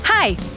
Hi